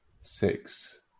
six